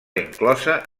inclosa